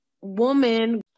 woman